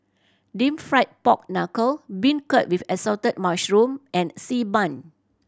Deep Fried Pork Knuckle beancurd with Assorted Mushrooms and Xi Ban